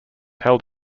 held